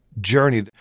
journey